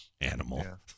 Animal